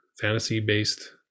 fantasy-based